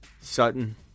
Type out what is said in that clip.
Sutton